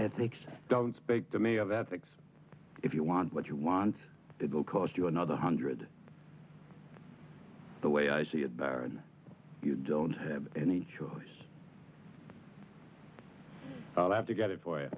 ethics don't speak to me of ethics if you want what you want it will cost you another hundred the way i see it baron you don't have any choice i have to get it for